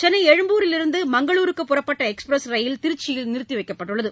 சென்னை எழும்பூரிலிருந்து மங்களுருக்கு புறப்பட்ட எக்ஸ்பிரஸ் ரயில் திருச்சியில் நிறுத்தி வைக்கப்பட்டுள்ளது